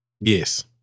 yes